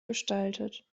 gestaltet